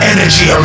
Energy